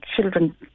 children